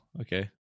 okay